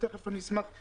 ואשמח שתתייחסו.